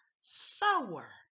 sower